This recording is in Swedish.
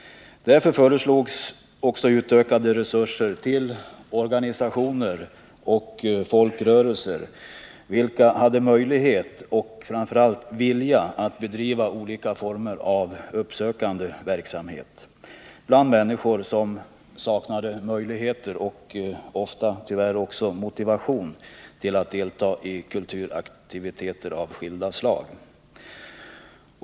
Därför föreslogs också utökade resurser till organisationer och folkrörelser, vilka hade möjlighet och framför allt vilja att bedriva olika former av uppsökande verksamhet bland människor som saknade möjligheter och ofta tyvärr också motivation till att delta i kulturaktiviteter av skilda slag.